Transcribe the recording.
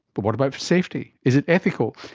but what about for safety, is it ethical,